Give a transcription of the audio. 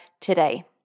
today